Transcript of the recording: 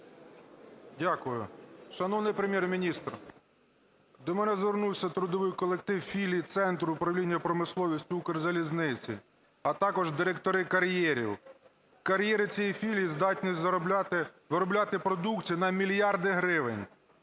Дякую. Шановний Прем'єр-міністр, до мене звернувся трудовий колектив філії Центру управління промисловістю "Укрзалізниці", а також директори кар’єрів. Кар'єри цієї філії здатні виробляти продукції на мільярди гривень.